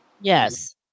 yes